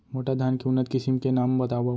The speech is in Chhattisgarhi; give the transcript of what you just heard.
मोटा धान के उन्नत किसिम के नाम बतावव?